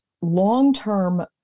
long-term